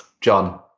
John